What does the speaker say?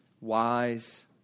wise